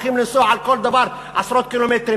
צריכים לנסוע על כל דבר עשרות קילומטרים,